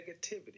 negativity